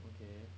okay